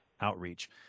outreach